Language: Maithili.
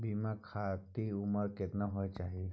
बीमा खातिर उमर केतना होय चाही?